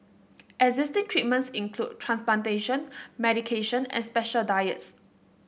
existing treatments include transplantation medication and special diets